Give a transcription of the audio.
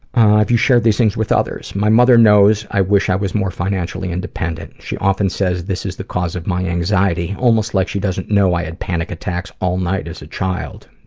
have you shared these things with others? my mother knows i wish i was more financially independent. she often says this is the cause of my anxiety, almost like she doesn't know i had panic attacks all night as a child.